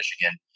Michigan